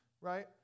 right